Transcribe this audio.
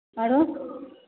आरो